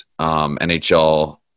NHL